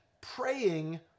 praying